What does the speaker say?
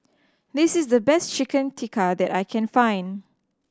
this is the best Chicken Tikka that I can find